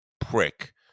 prick